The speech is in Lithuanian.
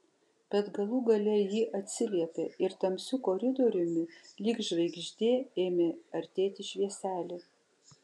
bet galų gale ji atsiliepė ir tamsiu koridoriumi lyg žvaigždė ėmė artėti švieselė